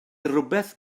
rywbeth